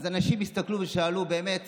אז אנשים הסתכלו ושאלו מה באמת